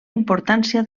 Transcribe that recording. importància